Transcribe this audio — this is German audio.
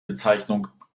bezeichnung